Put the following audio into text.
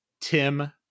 Tim